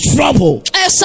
Trouble